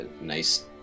nice